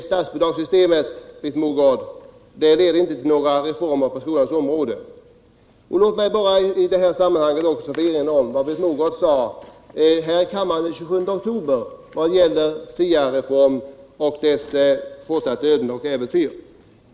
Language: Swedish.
Statsbidragssystemet, Britt Mogård, leder inte till någon reform på skolans område. Låt mig i detta sammanhang åter få erinra om vad Britt Mogård sade här i kammaren den 27 oktober rörande SIA-reformens fortsatta öden och äventyr.